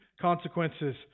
consequences